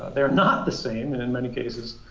they're not the same. and in many cases,